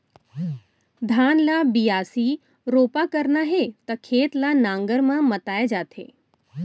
धान ल बियासी, रोपा करना हे त खेत ल नांगर म मताए जाथे